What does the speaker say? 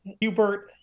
Hubert